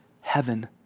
heaven